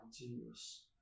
continuous